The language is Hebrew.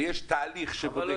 ויש תהליך שבודק.